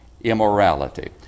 immorality